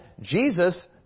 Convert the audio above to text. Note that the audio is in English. Jesus